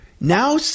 Now